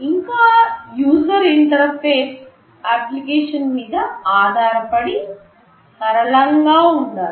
ఇంకా user interface application మీద ఆధారపడి సరళంగా ఉండాలి